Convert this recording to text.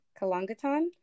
kalangatan